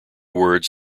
words